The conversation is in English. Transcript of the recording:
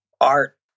art